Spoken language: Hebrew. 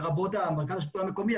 לרבות מנכ"ל השלטון המקומי,